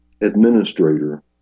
Administrator